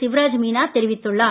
சிவராஜ் மீனா தெரிவித்துள்ளார்